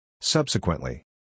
Subsequently